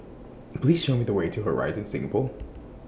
Please Show Me The Way to Horizon Singapore